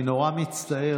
אני נורא מצטער.